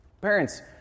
parents